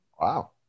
Wow